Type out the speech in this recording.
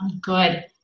good